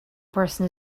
person